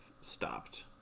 stopped